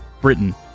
Britain